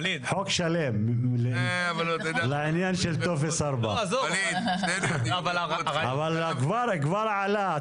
חוק שלם לעניין של טופס 4. אבל כבר עלה,